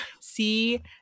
See